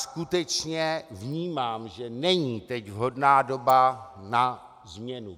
Skutečně vnímám, že není teď vhodná doba na změnu.